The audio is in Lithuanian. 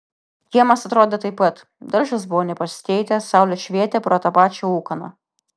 kiemas atrodė taip pat daržas buvo nepasikeitęs saulė švietė pro tą pačią ūkaną